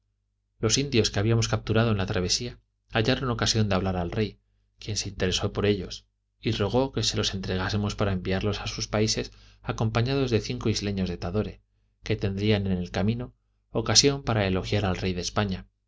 los indios que habíamos capturado en la travesía hallaron ocasión de hablar al rey quien se interesó por ellos y rogó que se los entregásemos para enviarlos a sus países acompañados de cinco isleños de tadore que tendrían en el camino ocasión para elogiar al rey de españa